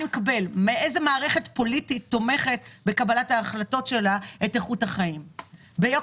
איזו מערכת פוליטית תומכת בקבלת ההחלטות שלה את איכות החיים שלו.